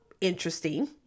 interesting